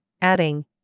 adding